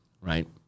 Right